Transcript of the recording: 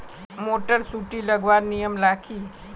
Motor सुटी लगवार नियम ला की?